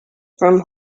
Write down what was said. from